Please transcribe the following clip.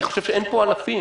אני חושב שאין פה אלפים.